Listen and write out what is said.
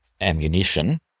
ammunition